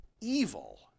evil